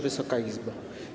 Wysoka Izbo!